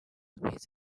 with